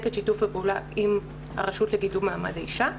את שיתוף הפעולה עם הרשות לקידום מעמד האישה.